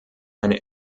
eine